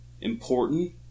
important